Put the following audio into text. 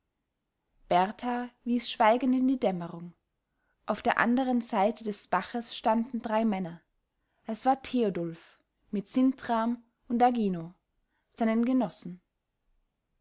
berthar wies schweigend in die dämmerung auf der anderen seite des baches standen drei männer es war theodulf mit sintram und agino seinen genossen